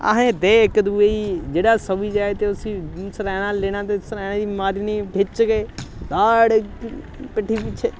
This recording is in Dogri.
असें दे इक दूए गी जेह्ड़ा सेई जाये ते उस्सी सर्हैना लैना ते दे सर्हैने दी मारनी खिच्च के दाड़ पिट्ठी पिच्छें